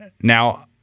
now